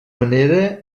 manera